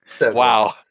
Wow